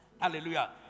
Hallelujah